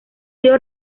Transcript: sido